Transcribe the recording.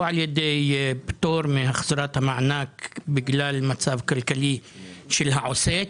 או על ידי פטור מהחזרת המענק בגלל מצב כלכלי של העוסק,